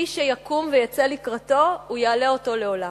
מי שיקום ויצא לקראתו, הוא יעלה אותו לעולה.